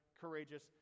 courageous